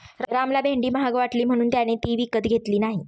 रामला भेंडी महाग वाटली म्हणून त्याने ती विकत घेतली नाही